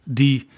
die